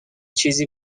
چیزی